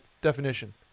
definition